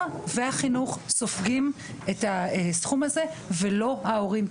והחינוך סופגים את הסכום הזה ולא ההורים.